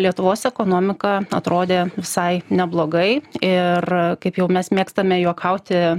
lietuvos ekonomika atrodė visai neblogai ir kaip jau mes mėgstame juokauti